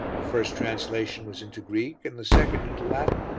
the first translation was into greek and the second into latin.